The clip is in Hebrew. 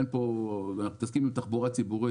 אנחנו מתעסקים עם תחבורה ציבורית,